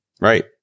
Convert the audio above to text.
Right